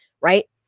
right